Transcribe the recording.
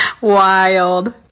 Wild